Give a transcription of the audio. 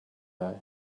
day